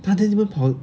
!huh! then 你们跑